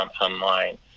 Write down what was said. online